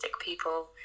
people